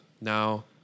Now